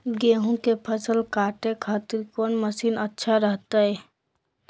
गेहूं के फसल काटे खातिर कौन मसीन अच्छा रहतय?